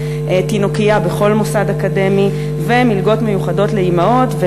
תינוקייה בכל מוסד אקדמי; ומלגות מיוחדות לאימהות,